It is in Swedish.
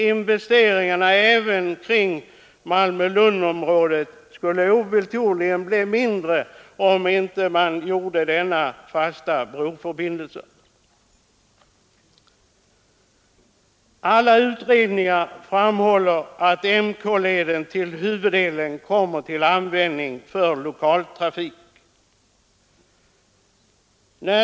Investeringarna kring Malmö-Lundområdet skulle ovillkorligen bli mindre, om man inte byggde denna fasta broförbindelse. Alla utredningar framhåller att KM-leden huvudsakligen kommer till användning för lokal trafik.